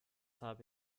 habe